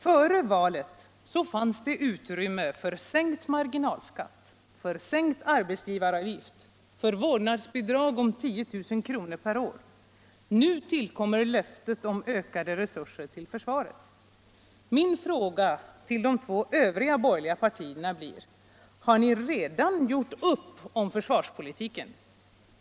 Före valet fanns det utrymme för sänkt marginalskatt, för sänkt arbetsgivaravgift. för vårdnadsbidrag om 10 000 per år. Nu tillkommer löftet om ökade. resurser till försvaret. Min fråga till centerpartiet och. 'folkpartiel: Har ni redan gjort upp om försvarspolitiken?